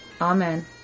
Amen